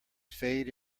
fade